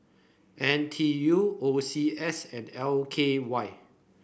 N T U O C S and L K Y